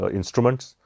instruments